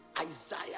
Isaiah